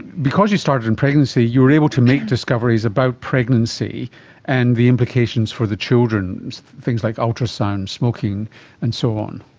because you started in pregnancy you were able to make discoveries about pregnancy and the implications for the children, things like ultrasound, smoking and so on.